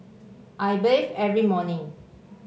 I bathe every morning